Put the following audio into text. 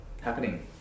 happening